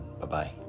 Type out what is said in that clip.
Bye-bye